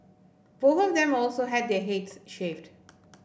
both of them also had their heads shaved